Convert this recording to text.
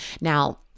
Now